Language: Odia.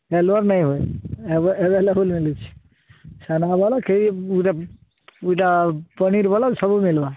ଫେଲୁଆର ନାଇଁ ଭାଇ ମିଳୁଛି ପନିର ଭଲ ସବୁ ମିଲବା